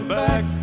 back